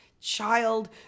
child